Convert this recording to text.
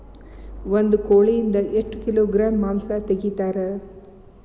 ಒಂದು ಕೋಳಿಯಿಂದ ಎಷ್ಟು ಕಿಲೋಗ್ರಾಂ ಮಾಂಸ ತೆಗಿತಾರ?